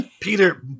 Peter